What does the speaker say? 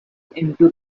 into